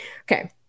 Okay